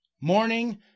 morning